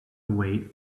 away